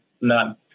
none